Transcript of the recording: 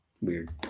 Weird